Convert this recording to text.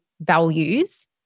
values